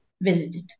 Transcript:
visited